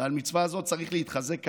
ועל מצווה זו צריך להתחזק כעת,